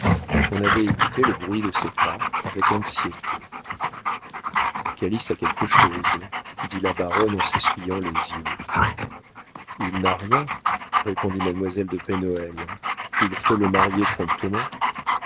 on avait écouté le bruit de ses pas avec anxiété calyste a quelque chose dit la baronne en s'essuyant les yeux il n'a rien répondit mademoiselle de pen hoël il faut le marier promptement